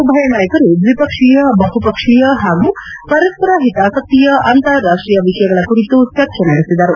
ಉಭಯ ನಾಯಕರು ದ್ವಿಪಕ್ಷೀಯ ಬಹುಪಕ್ಷೀಯ ಹಾಗೂ ಪರಸ್ಪರ ಹಿತಾಸಕ್ತಿಯ ಅಂತಾರಾಷ್ಷೀಯ ವಿಷಯಗಳ ಕುರಿತು ಚರ್ಚೆ ನಡೆಸಿದರು